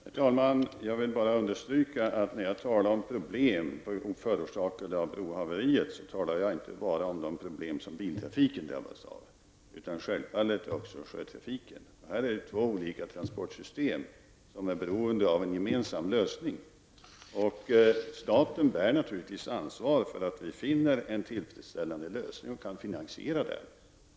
Herr talman! Jag vill bara understryka att när jag talade om problem som förorsakats av brohaveriet, så talade jag inte bara om de problem som biltrafiken drabbas av, utan självfallet också om problem som drabbar sjötrafiken. Detta är två olika transportsystem, och de är beroende av en gemensam lösning. Staten bär naturligtvis ansvaret för att vi finner en tillfredsställande lösning och kan finansiera den.